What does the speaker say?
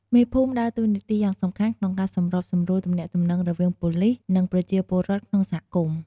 មេភូមិដើរតួនាទីយ៉ាងសំខាន់ក្នុងការសម្របសម្រួលទំនាក់ទំនងរវាងប៉ូលីស និងប្រជាពលរដ្ឋក្នុងសហគមន៍។